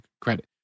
credit